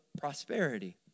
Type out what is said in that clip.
prosperity